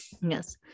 yes